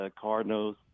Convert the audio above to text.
Cardinals